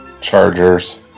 Chargers